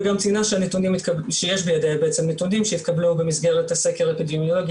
וגם ציינה שיש בידיה נתונים שהתקבלו במסגרת הסקר האפידמיולוגי